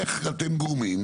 איך אתם גורמים,